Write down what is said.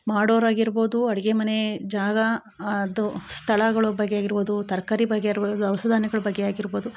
ಮಾಡೋರಾಗಿರಬೋದು ಅಡುಗೆ ಮನೆ ಜಾಗ ಅದು ಸ್ಥಳಗಳು ಬಗ್ಗೆ ಇರಬೋದು ತರಕಾರಿ ಬಗ್ಗೆ ಇರಬೋದು ದವಸ ಧಾನ್ಯಗಳ ಬಗ್ಗೆ ಆಗಿರಬೋದು